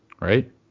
Right